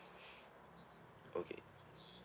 okay